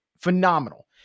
Phenomenal